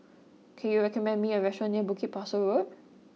can you recommend me a restaurant near Bukit Pasoh Road